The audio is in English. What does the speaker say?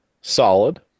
Solid